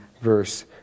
verse